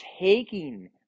taking